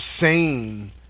insane